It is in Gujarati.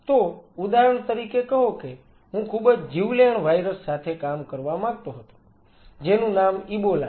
તો ઉદાહરણ તરીકે કહો કે હું ખૂબ જ જીવલેણ વાયરસ સાથે કામ કરવા માંગતો હતો જેનું નામ ઈબોલા છે